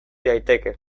daiteke